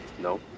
No